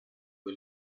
due